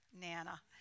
Nana